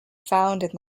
found